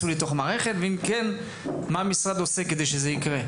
חפץ בשילוב מלא, מה אתם עושים כדי שזה יקרה?